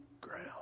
ground